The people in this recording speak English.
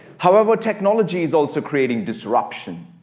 however, technology's also creating disruption.